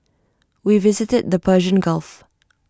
we visited the Persian gulf